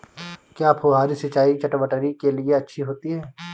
क्या फुहारी सिंचाई चटवटरी के लिए अच्छी होती है?